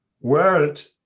world